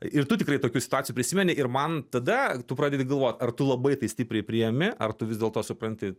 ir tu tikrai tokių situacijų prisimeni ir man tada tu pradedi galvot ar tu labai stipriai priėmi ar tu vis dėlto supranti